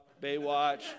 Baywatch